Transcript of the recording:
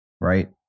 right